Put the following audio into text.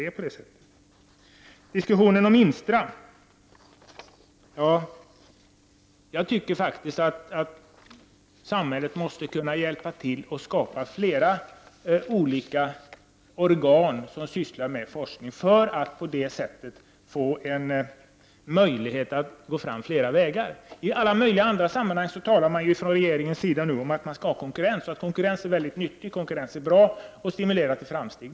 När det gäller diskussionen om INSTRA tycker jag faktiskt att samhället måste kunna hjälpa till och skapa flera olika organ som sysslar med forskning för att på det sättet få en möjlighet att kunna gå fram på flera vägar. I alla möjliga andra sammanhang talar man från regeringens sida nu om att man skall ha konkurrens, att konkurrens är nyttigt och bra och stimulerar till framsteg.